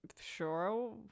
sure